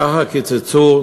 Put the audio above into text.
ככה קיצצו